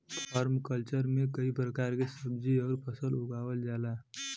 permaculture में कई प्रकार के सब्जी आउर फसल उगावल जाला